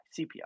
CPI